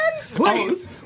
Please